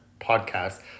podcast